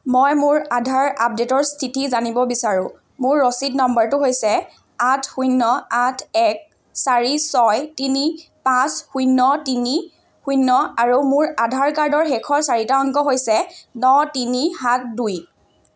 মই মোৰ আধাৰ আপডেটৰ স্থিতি জানিব বিচাৰোঁ মোৰ ৰচিদ নম্বৰটো হৈছে আঠ শূন্য আঠ এক চাৰি ছয় তিনি পাঁচ শূন্য তিনি শূন্য আৰু মোৰ আধাৰ কাৰ্ডৰ শেষৰ চাৰিটা অংক হৈছে ন তিনি সাত দুই